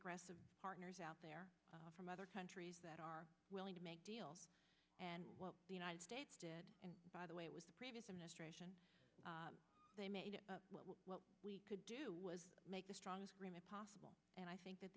aggressive partners out there from other countries that are willing to make deals and what the united states did and by the way it was the previous administration they made what we could do was make the strongest possible and i think that